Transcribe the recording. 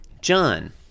john